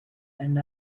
and